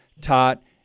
taught